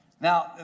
Now